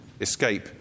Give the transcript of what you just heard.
escape